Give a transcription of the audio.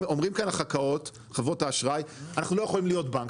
אומרים כאן חברות האשראי שהם לא יכולים להיות בנק,